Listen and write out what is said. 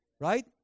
right